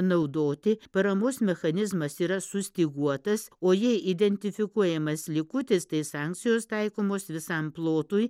naudoti paramos mechanizmas yra sustyguotas o jei identifikuojamas likutis tai sankcijos taikomos visam plotui